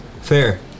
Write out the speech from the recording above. fair